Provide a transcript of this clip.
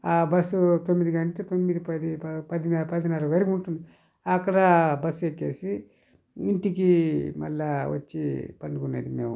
ఆ బస్సు తొమ్మిదికి అంటే తొమ్మిది పది పది పదిన్న పదిన్నర వరకు ఉంటుంది అక్కడ బస్సు ఎక్కేసి ఇంటికి మళ్ళీ వచ్చి పండుకునేది మేము